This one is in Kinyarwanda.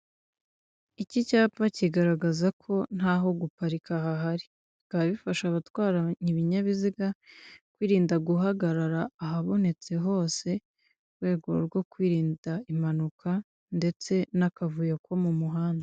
Iki cyapa kigaragaza ko nta ho guparika hahari. Bikaba bifasha abatwara ibinyabiziga kwirinda guhagarara ahabonetse hose, mu rwego rwo kwirinda inkanuka ndetse n'akavuyo ku mu muhanda.